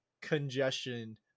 congestion